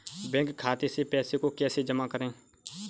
Bank खाते से पैसे को कैसे जमा करें?